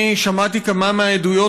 אני שמעתי כמה מהעדויות,